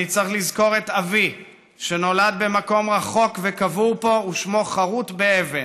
אני צריך לזכור את אבי שנולד במקום רחוק וקבור פה ושמו חרות באבן,